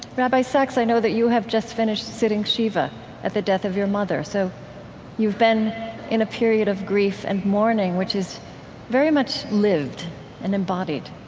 rabbi sacks, i know that you have just finished sitting shiva at the death of your mother. so you've been in a period of grief and mourning, which is very much lived and embodied